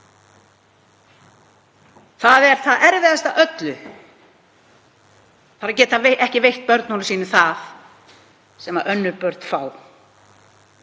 Það er það erfiðasta af öllu að geta ekki veitt börnunum sínum það sem önnur börn fá,